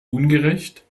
ungerecht